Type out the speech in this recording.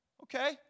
okay